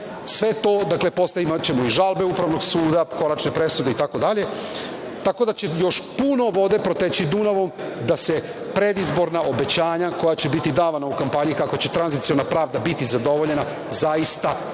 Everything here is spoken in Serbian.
obuku. Dakle, posle imaćemo i žalbe Upravnog suda, konačne presude itd, tako da će još puno vode proteći Dunavom da se predizborna obećanja koja će biti davana u kampanji, kako će tranziciona pravda biti zadovoljena, zaista i